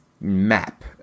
map